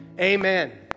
amen